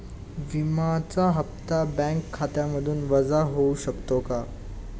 विम्याचा हप्ता बँक खात्यामधून वजा होऊ शकतो का?